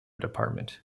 department